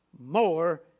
more